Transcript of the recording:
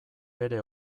bere